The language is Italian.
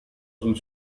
sul